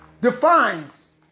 defines